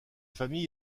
famille